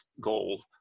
goal